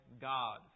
God